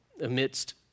amidst